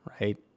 right